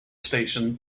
station